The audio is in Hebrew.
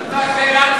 זאת לא השאלה,